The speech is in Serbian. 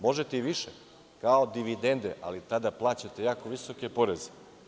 Možete i više, kao dividende, ali tada plaćate jako visoke poreze.